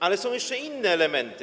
Ale są jeszcze inne elementy.